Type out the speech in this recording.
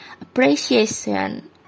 Appreciation